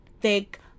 thick